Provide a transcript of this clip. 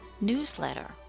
newsletter